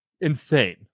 insane